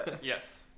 Yes